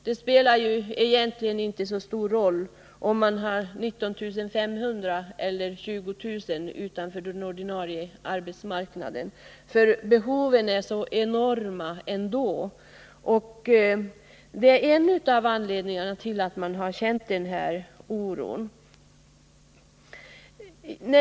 Det spelar egentligen inte så stor roll om man har 19 500 eller 20 000 människor utanför den ordinarie arbetsmarknaden, för behoven är ändå så enorma. Det är en av anledningarna till att man har känt den här oron.